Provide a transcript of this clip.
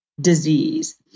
disease